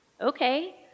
Okay